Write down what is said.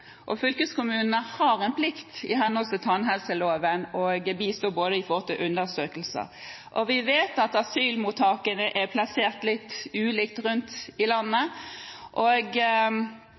og fylkeskommunene har en plikt i henhold til tannhelseloven til å bistå når det gjelder undersøkelser. Vi vet at asylmottakene er plassert litt ulikt rundt i landet, og